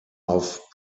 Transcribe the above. auf